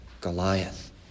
Goliath